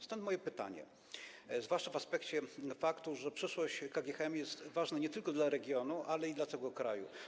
Stąd moje pytanie, zwłaszcza w aspekcie tego, że przyszłość KGHM jest ważna nie tylko dla regionu, ale i dla kraju.